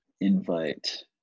Invite